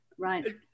Right